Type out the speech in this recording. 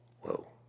whoa